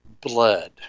blood